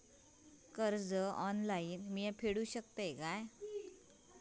कर्ज ऑनलाइन मी फेडूक शकतय काय?